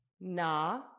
na